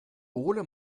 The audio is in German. ole